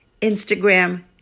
Instagram